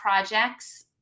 projects